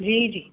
जी जी